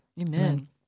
Amen